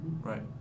right